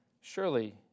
surely